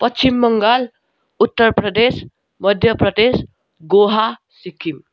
Paschim Bengal Uttar Pradesh Madhya Pradesh Goa Sikkim